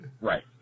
Right